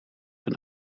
een